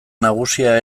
nagusia